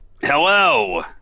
Hello